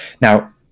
Now